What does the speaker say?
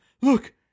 look